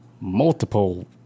multiple